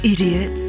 Idiot